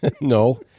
No